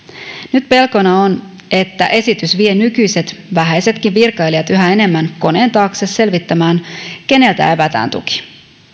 nyt pelkona on että esitys vie nykyiset vähäisetkin virkailijat yhä enemmän koneen taakse selvittämään keneltä evätään tuki